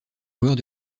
joueurs